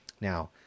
Now